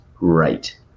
right